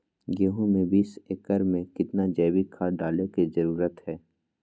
गेंहू में बीस एकर में कितना जैविक खाद डाले के जरूरत है?